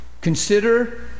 Consider